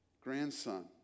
grandson